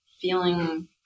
feeling